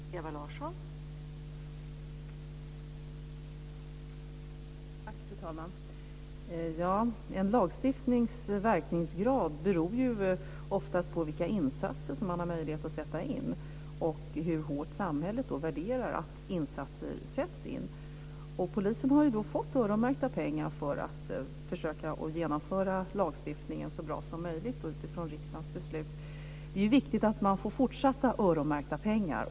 Fru talman! En lagstiftnings verkningsgrad beror ju oftast på vilka insatser som man har möjlighet att sätta in och hur hårt samhället värderar att insatser sätts in. Polisen har fått öronmärkta pengar för att försöka genomföra lagstiftningen så bra som möjligt utifrån riksdagens beslut. Det är viktigt att man får öronmärkta pengar även i fortsättningen.